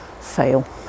fail